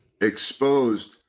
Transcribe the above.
exposed